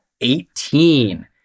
Eighteen